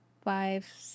Five